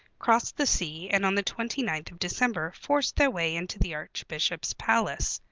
crossed the sea and on the twenty-ninth of december forced their way into the archbishop's palace.